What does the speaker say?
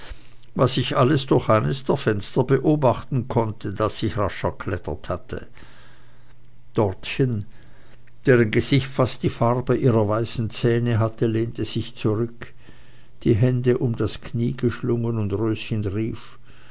was ich alles durch eines der fenster beobachten konnte das ich rasch erklettert hatte dortchen deren gesicht fast die farbe ihrer weißen zähne hatte lehnte sich zurück die hände um das knie geschlungen und röschen rief